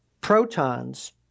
protons